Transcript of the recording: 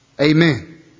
Amen